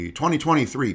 2023